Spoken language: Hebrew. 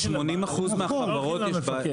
אבל גם הלקוח יכול לדווח.